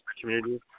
community